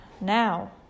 now